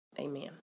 Amen